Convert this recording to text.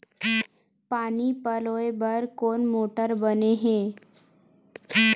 पानी पलोय बर कोन मोटर बने हे?